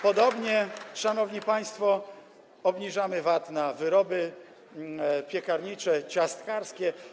Podobnie, szanowni państwo, obniżamy VAT na wyroby piekarnicze, ciastkarskie.